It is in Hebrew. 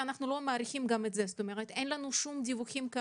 היום 9 במרס 2022, ו' באדר ב' התשפ"ב, השעה 10:02,